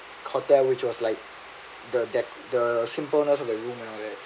hotel which was like the de~ the simpleness of the room and all that